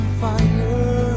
fire